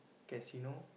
casino